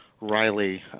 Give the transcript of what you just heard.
Riley